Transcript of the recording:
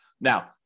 Now